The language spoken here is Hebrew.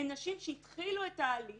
הן נשים שהתחילו את ההליך